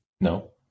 No